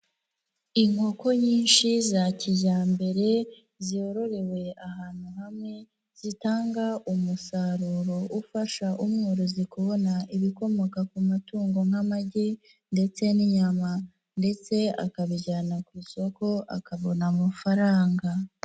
Inkoko nyinshi za kijyambere zororewe ahantu hamwe zitanga umusaruro ufasha umworozi kubona ibikomoka ku matungo nk'amagi ndetse n'inyama ndetse akabijyana ku isoko akabona amafaranga.